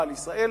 באה לישראל,